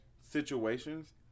situations